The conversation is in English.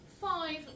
five